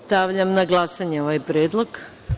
Stavljam na glasanje ovaj predlog.